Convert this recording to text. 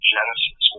Genesis